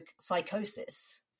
psychosis